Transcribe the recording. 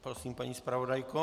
Prosím, paní zpravodajko.